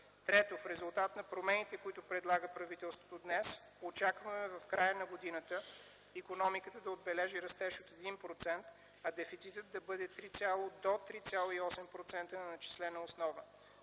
3. В резултат на промените, които предлага правителството днес, очакваме в края на годината икономиката да отбележи растеж от 1%, а дефицитът да бъде до 3,8% на начислена основа.